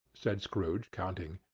said scrooge, counting.